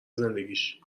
زندگیش